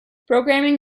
programming